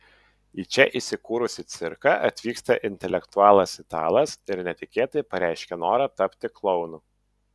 į čia įsikūrusį cirką atvyksta intelektualas italas ir netikėtai pareiškia norą tapti klounu